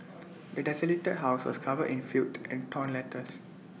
the desolated house was covered in filth and torn letters